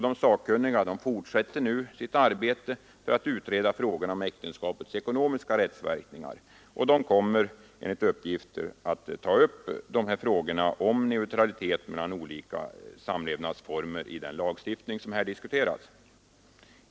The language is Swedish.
De sakkunniga fortsätter sitt arbete för att utreda frågorna om äktenskapets ekonomiska rättsverkningar, och de kommer enligt uppgift att ta upp spörsmålen om neutralitet mellan olika samlevnadsformer i den lagstiftning som här diskuteras.